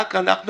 רק אנחנו